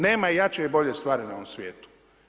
Nema jače i bolje stvari na ovom svijetu.